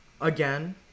again